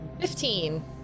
Fifteen